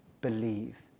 believe